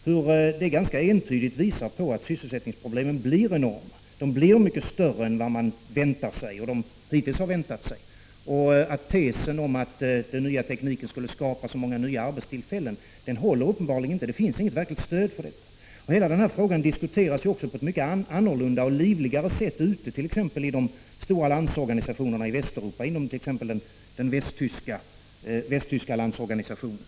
Det visar ganska entydigt att sysselsättningsproblemen blir enorma, mycket större än vad man hittills har väntat sig. Tesen om att den nya tekniken skulle skapa så många nya arbetstillfällen håller uppenbarligen inte —- det finns inget stöd för den. Hela denna fråga diskuteras ju också på ett mycket annorlunda och livligare sätt i de stora landsorganisationerna i Västeuropa, t.ex. inom den västtyska landsorganisationen.